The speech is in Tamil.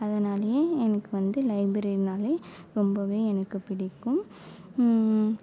அதனாலேயே எனக்கு வந்து லைப்ரரினாலே ரொம்பவே எனக்கு பிடிக்கும்